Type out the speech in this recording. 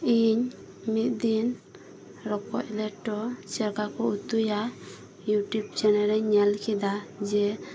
ᱤᱧ ᱢᱤᱫ ᱫᱤᱱ ᱨᱚᱠᱚᱡ ᱞᱮᱴᱚ ᱪᱮᱫ ᱞᱮᱠᱟ ᱠᱚ ᱩᱛᱩᱭᱟ ᱤᱭᱩ ᱴᱤᱭᱩᱵᱽ ᱪᱮᱱᱮᱞ ᱨᱮᱧ ᱧᱮᱞ ᱠᱮᱫᱟ ᱡᱮ